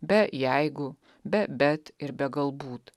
be jeigu be bet ir be galbūt